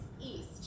East